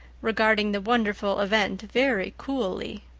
regarding the wonderful event very coolly.